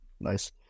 Nice